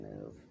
move